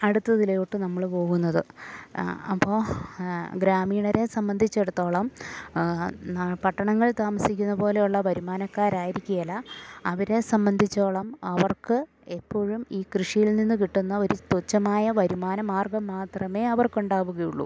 അടുത്തതിലോട്ട് നമ്മൾ പോകുന്നത് അപ്പോൾ ഗ്രാമീണരെ സംബന്ധിച്ചിടത്തോളം എന്നാ പട്ടണങ്ങൾ താമസിക്കുന്ന പോലെയുള്ള വരുമാനക്കാരായിരിക്കുകയില്ല അവരെ സംബന്ധിച്ചോളം അവർക്ക് എപ്പോഴും ഈ കൃഷിയിൽ നിന്ന് കിട്ടുന്ന ഒരു തുച്ഛമായ വരുമാന മാർഗ്ഗം മാത്രമേ അവർക്കുണ്ടാകുകയുള്ളൂ